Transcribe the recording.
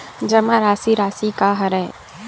जमा राशि राशि का हरय?